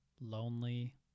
Lonely